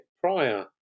prior